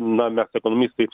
na mes ekonomistai